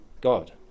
God